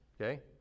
Okay